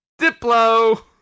Diplo